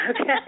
Okay